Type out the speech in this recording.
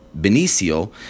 Benicio